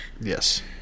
Yes